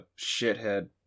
shithead